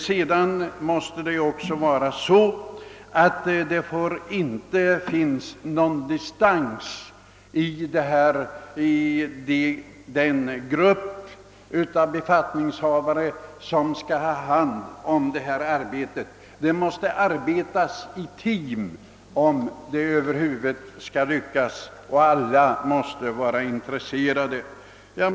Det får inte heller finnas någon distans inom den grupp av befattningshavare som skall handha arbetet utan de måste arbeta i team om det skall lyckas, och alla måste som sagt vara intresserade.